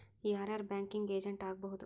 ಯಾರ್ ಯಾರ್ banking agent ಆಗ್ಬಹುದು?